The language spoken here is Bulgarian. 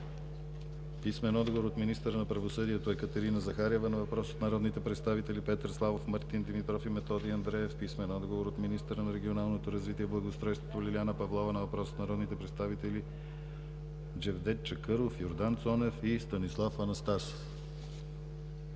писмен отговор от министъра на правосъдието Екатерина Захариева на въпрос от народните представители Петър Славов, Мартин Димитров и Методи Андреев; - писмен отговор от министъра на регионалното развитие и благоустройството Лиляна Павлова на въпрос от народните представители Джевдет Чакъров, Йордан Цонев и Станислав Анастасов;